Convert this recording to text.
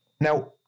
Now